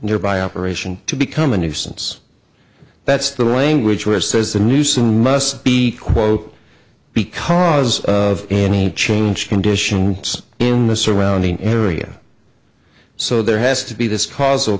nearby operation to become a nuisance that's the language which says the new soon must be quote because of any change condition in the surrounding area so there has to be this causal